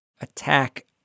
attack